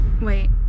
Wait